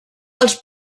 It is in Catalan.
els